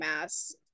Mass